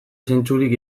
zentzurik